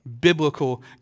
biblical